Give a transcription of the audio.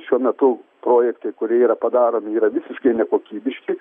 šiuo metu projektai kurie yra padaromi yra visiškai nekokybiški